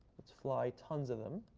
let's fly tons of them.